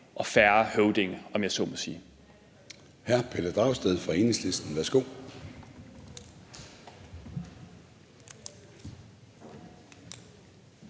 og færre høvdinge, om jeg så må sige.